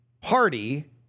party